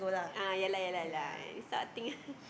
ah ya lah ya lah ya lah this type of thing